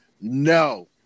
no